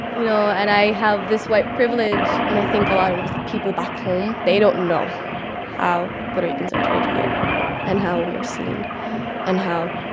you know. and i have this white privilege. and i think a lot of people back home, they don't know how puerto ricans are treated here and how we are seen and how